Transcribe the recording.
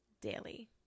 daily